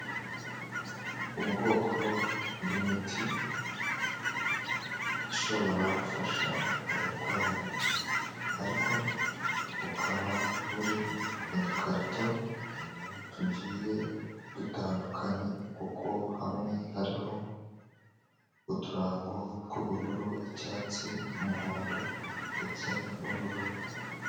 Ubwoko bw'imiti ishobora gufasha abarwayi, ariko bukaba buri mu dukarito tugiye dutandukanye, kuko hamwe hariho uturango tw'ubururu, icyatsi, umuhondo ndetse n'ubururu.